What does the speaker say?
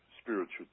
spiritual